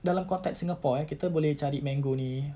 dalam context singapore eh kita boleh cari mango ini